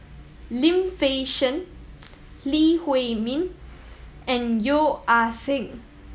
Lim Fei Shen Lee Huei Min and Yeo Ah Seng